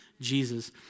Jesus